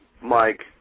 Mike